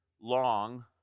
long